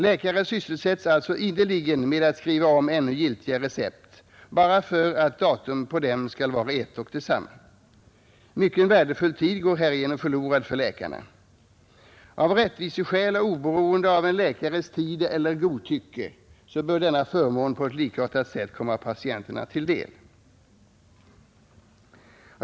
Läkare sysselsätts alltså ideligen med att skriva om ännu giltiga recept bara för att datum på dem skall vara ett och detsamma. Mycken värdefull tid går härigenom förlorad för läkarna. Av rättviseskäl och oberoende av en läkares tid eller godtycke bör denna förmån på ett likartat sätt komma patienterna till del.